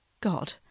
god